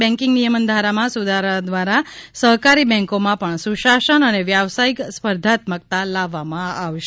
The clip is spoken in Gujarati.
બેન્કીંગ નિયમન ધારામાં સુધારા દ્વારા સહકારી બન્કોમાં પણ સુશાસન અને વ્યવાસાયિક સ્પર્ધાત્મકતા લાવવામાં આવશે